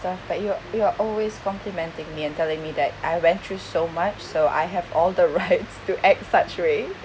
stuff but you're you're always complementing me and telling me that I went through so much so I have all the rights to act such way